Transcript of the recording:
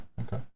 okay